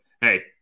hey